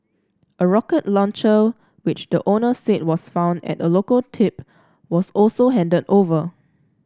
a rocket launcher which the owner said was found at a local tip was also handed over